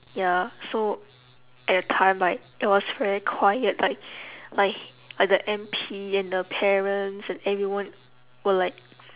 ya so at the time like it was very quiet like like h~ like the M_P and the parents and everyone were like